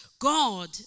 God